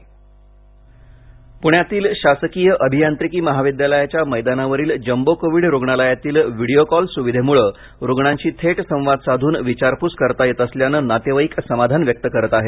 video call पुण्यातील शासकीय अभियांत्रिकी महाविद्यालयाच्या मैदानावरील जम्बो कोविड रुग्णालयातील व्हिडिओ कॉल सुविधेमुळे रुग्णांशी थेट संवाद साधून विचारपूस करता येत असल्याने नातेवाईक समाधान व्यक्त करीत आहेत